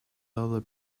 other